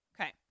okay